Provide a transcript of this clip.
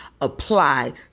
apply